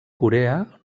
corea